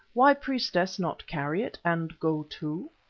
why priestess not carry it and go too?